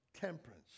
temperance